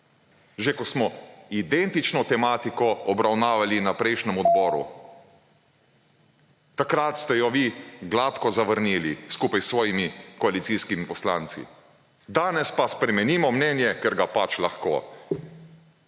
že ko smo identično tematiko obravnavali na prejšnjem odboru, takrat ste jo vi gladko zavrnili, skupaj s svojimi koalicijskimi poslanci. »Danes pa spremenimo mnenje, ker ga pač lahko.«